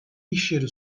işyeri